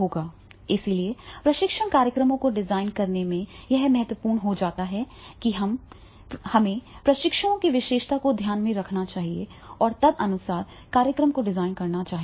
इसलिए प्रशिक्षण कार्यक्रमों को डिजाइन करने में यह बहुत महत्वपूर्ण हो जाता है कि हमें प्रशिक्षुओं की विशेषताओं को ध्यान में रखना चाहिए और तदनुसार कार्यक्रम को डिजाइन करना चाहिए